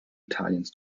italiens